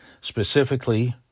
Specifically